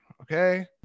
okay